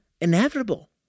inevitable